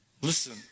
Listen